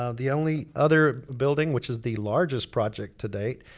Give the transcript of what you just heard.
ah the only other building, which is the largest project to date,